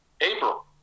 April